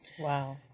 Wow